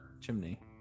chimney